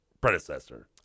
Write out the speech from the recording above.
predecessor